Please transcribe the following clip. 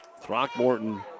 Throckmorton